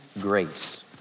grace